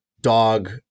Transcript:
dog